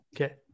Okay